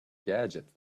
gadgets